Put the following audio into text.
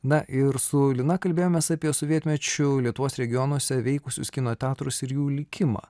na ir su lina kalbėjomės apie sovietmečiu lietuvos regionuose veikusius kino teatrus ir jų likimą